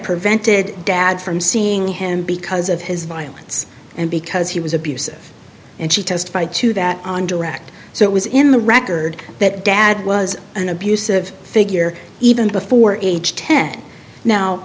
prevented dad from seeing him because of his violence and because he was abusive and she testified to that on direct so it was in the record that dad was an abusive figure even before age ten now